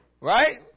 right